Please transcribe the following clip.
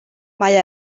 mae